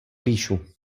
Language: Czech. píšu